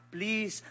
Please